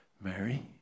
Mary